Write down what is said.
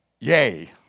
yay